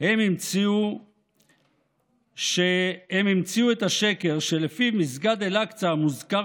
הם המציאו את השקר שלפיו מסגד אל-אקצא המוזכר